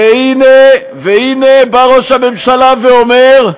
והנה ראש הממשלה אומר,